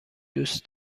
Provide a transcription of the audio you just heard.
دوست